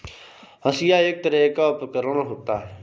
हंसिआ एक तरह का उपकरण होता है